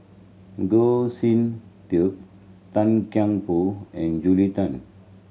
Goh Sin Tub Tan Kian Por and Julia Tan